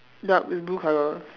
yup it's blue colour